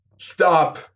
Stop